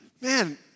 man